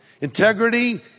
Integrity